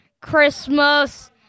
Christmas